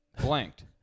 Blanked